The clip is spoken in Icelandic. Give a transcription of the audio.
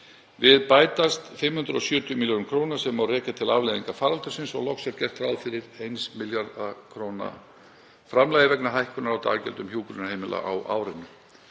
Við bætast 570 millj. kr. sem má rekja til afleiðinga faraldursins og loks er gert ráð fyrir 1 milljarðs kr. framlagi vegna hækkunar á daggjöldum hjúkrunarheimila á árinu.